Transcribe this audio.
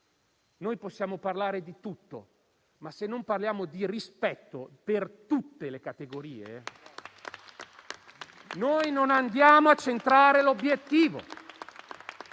Possiamo parlare di tutto, ma se non parliamo di rispetto per tutte le categorie, non andiamo a centrare l'obiettivo.